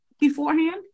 beforehand